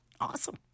Awesome